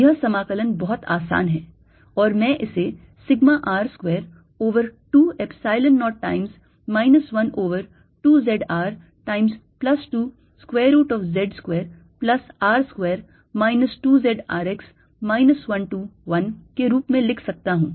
यह समाकलन बहुत आसान है और मैं इसे sigma R square over 2 Epsilon 0 times minus 1 over 2 z R times plus 2 square root of z square plus R square minus 2 z R x minus 1 to 1 के रूप में लिख सकता हूँ